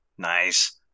Nice